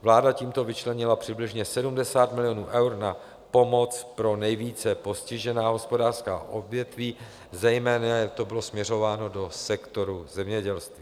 Vláda tímto vyčlenila přibližně 70 milionů eur na pomoc pro nejvíce postižená hospodářská odvětví, zejména to bylo směřováno do sektoru zemědělství.